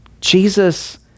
Jesus